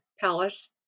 palace